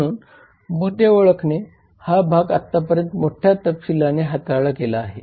म्हणून मूल्य ओळखणे हा भाग आतापर्यंत मोठ्या तपशीलाने हाताळला गेला आहे